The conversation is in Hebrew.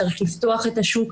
צריך לפתוח את השוק.